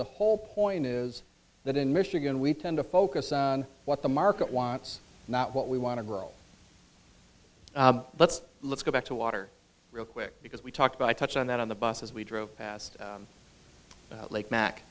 the whole point is that in michigan we tend to focus on what the market wants not what we want to grow let's let's go back to water real quick because we talked about i touch on that on the bus as we drove past that lake mack